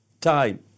time